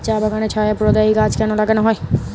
চা বাগানে ছায়া প্রদায়ী গাছ কেন লাগানো হয়?